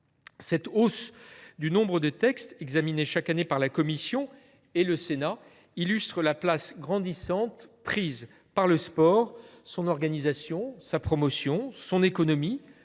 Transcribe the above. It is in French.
Cette hausse du nombre de textes examinés chaque armée par la commission et le Sénat illustre la place grandissante prise par le sport, son organisation, sa promotion, son économie,